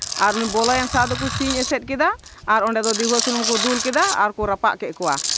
ᱟᱨ ᱩᱱᱤ ᱵᱚᱞᱚᱭᱮᱱ ᱥᱟᱶ ᱛᱮᱠᱚ ᱥᱤᱧ ᱮᱥᱮᱫ ᱠᱮᱫᱟ ᱟᱨ ᱚᱸᱰᱮ ᱫᱚ ᱰᱤᱵᱟᱹ ᱥᱩᱱᱩᱢ ᱠᱚ ᱫᱩᱞ ᱠᱮᱫᱟ ᱟᱨ ᱠᱚ ᱨᱟᱯᱟᱜ ᱠᱮᱜ ᱠᱚᱣᱟ